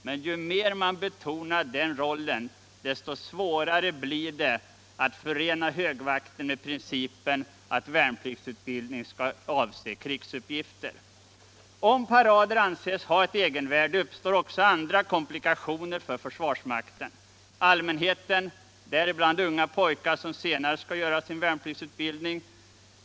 Men ju mer man betonar den rollen, desto svårare blir det avt förena högvakten med principen atlt värnpliktsutbildning skall avse krigsuppgifter. Om parader anses ha ett egenvärde uppstår också andra komplikationer för försvarsmakten. Allmänheten, däribland unga pojkar som senare skall undergå värnpliktsutbildning.